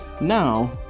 Now